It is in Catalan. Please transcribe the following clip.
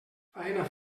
faena